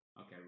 Okay